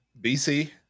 bc